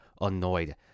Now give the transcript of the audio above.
annoyed